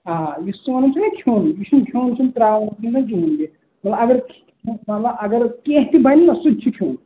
آ یُس ژٕ وَنان چھِو کھیٚوان یہِ چھُنہٕ کھیٚون چٮ۪ون ترٛاوُن تہِ کِہیٖنٛۍ تہِ مطلب اَگر کیٚنٛہہ کھٮ۪مو اگر کیٚنٛہہ تہِ بَنہِ نا سُہ تہِ چھُ کھیٚون